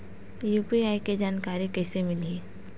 UPI के जानकारी कइसे मिलही?